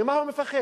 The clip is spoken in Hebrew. ממה הוא מפחד?